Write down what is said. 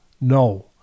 no